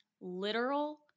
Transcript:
literal